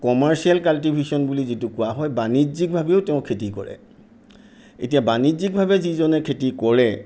commercial cultivation বুলি যিটো কোৱা হয় বাণিজ্যিকভাৱেও তেওঁ খেতি কৰে এতিয়া বাণিজ্যিকভাৱে যিজনে খেতি কৰে